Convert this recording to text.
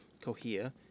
cohere